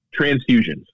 transfusions